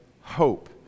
hope